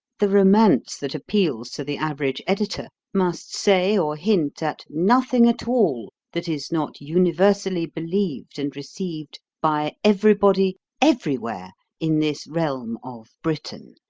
the romance that appeals to the average editor must say or hint at nothing at all that is not universally believed and received by everybody everywhere in this realm of britain.